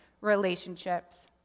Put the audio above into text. relationships